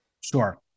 Sure